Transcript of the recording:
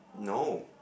no